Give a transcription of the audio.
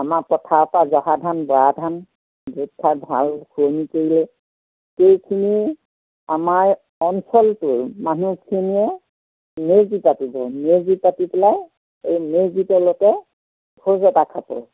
আমাৰ পথাৰৰ পৰা জহা ধান বৰা ধান য'ত সেইখিনি আমাৰ অঞ্চলটোৰ মানুহখিনিয়ে মেজি পাতিব মেজি পাতি পেলাই এই মেজিৰ তলতে ভোজ এটা খাব